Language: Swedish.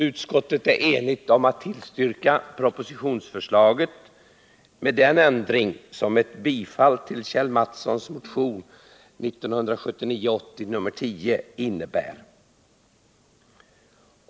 Utskottet är enigt om att tillstyrka propositionsförslaget, med den ändring som ett bifall till Kjell Mattssons motion 1979/80:10 innebär.